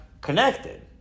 connected